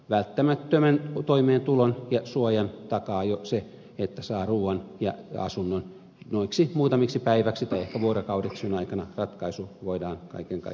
välttämättömän toimeentulon ja suojan takaa jo se että saa ruuan ja asunnon noiksi muutamiksi päiviksi tai ehkä vuorokaudeksi jona aikana ratkaisu voidaan kaiken kaikkiaan tehdä